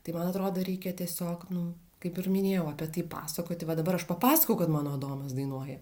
tai man atrodo reikia tiesiog nu kaip ir minėjau apie tai pasakoti va dabar aš papasakojau kad mano adomas dainuoja